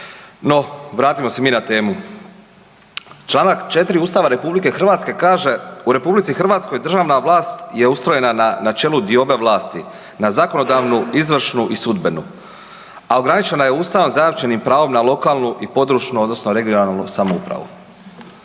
No, vratimo se mi na temu. Članak 4. Ustava Republike Hrvatske kaže: „U Republici Hrvatskoj državna vlast je ustrojena na načelu diobe vlasti na zakonodavnu, izvršnu i sudbenu, a ograničena je Ustavom zajamčenim pravom na lokalnu i područnu odnosno regionalnu samoupravu.“